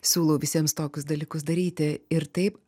siūlau visiems tokius dalykus daryti ir taip